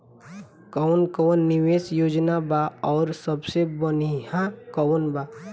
कवन कवन निवेस योजना बा और सबसे बनिहा कवन बा?